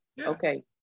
Okay